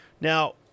Now